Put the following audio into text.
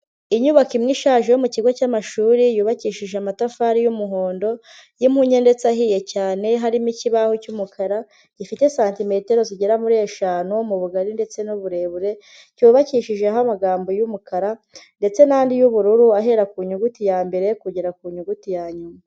Inyubako imwe ishaje yo mu kigo cy'amashuri, yubakishije amatafari y'umuhondo, y'impunyu ndetse ahiye cyane, harimo ikibaho cy'umukara, gifite santimetero zigera muri eshanu mu bugari ndetse n'uburebure, cyubakishijeho amagambo yumukara, ndetse n'andi y'ubururu ahera ku nyuguti ya mbere kugera ku nyuguti ya nyuma.